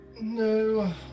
No